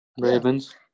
Ravens